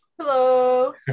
hello